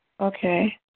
Okay